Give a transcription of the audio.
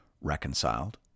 reconciled